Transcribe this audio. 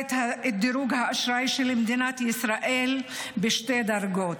את דירוג האשראי של מדינת ישראל בשתי דרגות,